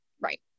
Right